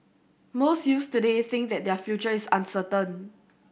most youths today think that their future is uncertain